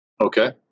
Okay